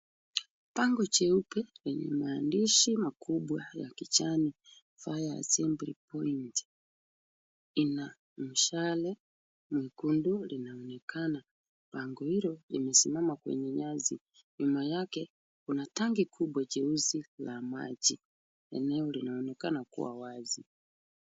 Bango jeupe yenye maandishi makubwa ya kijani fire assembly point ina mshale mwekundu linaonekana. Bango hilo limesimama kwenye nyasi. Nyuma yake kuna kuna tangi kubwa jeusi la maji. Eneo linaonekana kuwa wazi.